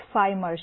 5 મળશે